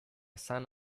san